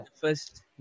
First